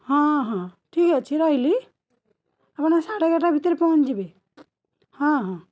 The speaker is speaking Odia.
ହଁ ହଁ ଠିକ୍ଅଛି ରହିଲି ଆପଣ ସାଡ଼େଏଗାରଟା ଭିତରେ ପହଁଞ୍ଚିଯିବି ହଁ ହଁ